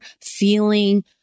feeling